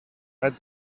add